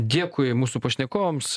dėkui mūsų pašnekovams